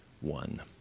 one